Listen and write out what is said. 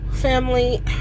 family